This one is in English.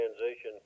transition